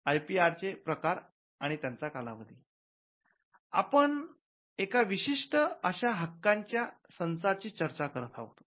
आपण एका विशिष्ट अशा हक्कांच्या संचा ची चर्चा करत होतो